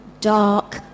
dark